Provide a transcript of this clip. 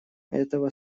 этого